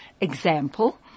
example